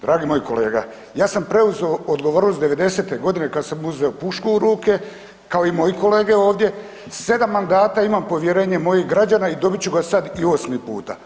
Dragi moj kolega, ja sam preuzeo odgovornost '90. g. kad sam uzeo pušku u ruke, kao i moji kolege ovdje, 7 mandata imam povjerenje mojih građana i dobit ću ga sad i 8. puta.